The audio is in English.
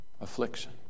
affliction